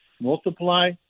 multiply